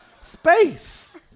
Space